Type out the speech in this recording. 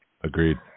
Agreed